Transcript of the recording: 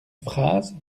phrase